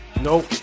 Nope